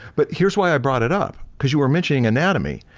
but here's why i brought it up, because you were mentioning anatomy.